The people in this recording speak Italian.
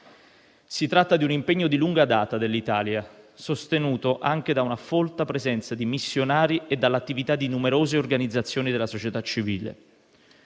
Si tratta di un impegno di lunga data dell'Italia, sostenuto anche da una folta presenza di missionari e dall'attività di numerose organizzazioni della società civile.